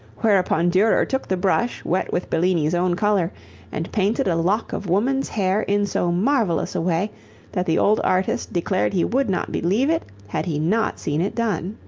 whereupon durer took the brush wet with bellini's own color and painted a lock of woman's hair in so marvelous a way that the old artist declared he would not believe it had he not seen it done.